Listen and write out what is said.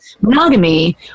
monogamy